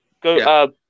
Go